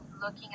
looking